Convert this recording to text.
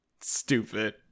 stupid